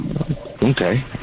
Okay